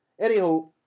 Anywho